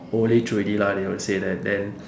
ஓலைச்சுவடி:oolaichsuvadi lah they will said that then